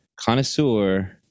connoisseur